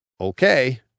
okay